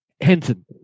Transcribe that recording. Henson